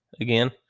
again